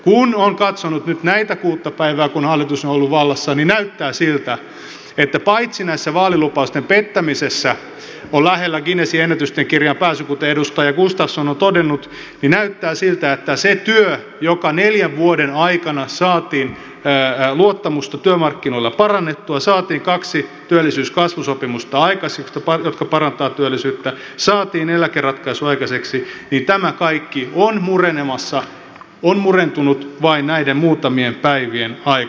kun on katsonut nyt näitä kuutta päivää kun hallitus on ollut vallassa niin paitsi että vaalilupausten pettämisessä on lähellä guinnessin ennätysten kirjaan pääsy kuten edustaja gustafsson on todennut näyttää siltä että se työ jolla neljän vuoden aikana saatiin luottamusta työmarkkinoilla parannettua saatiin kaksi työllisyys ja kasvusopimusta aikaiseksi jotka parantavat työllisyyttä saatiin eläkeratkaisu aikaiseksi tämä kaikki on murentumassa on murentunut vain näiden muutamien päivien aikana